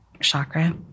chakra